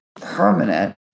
permanent